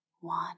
one